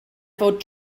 fod